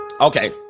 Okay